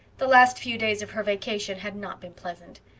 the last few days of her vacation had not been pleasant.